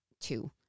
two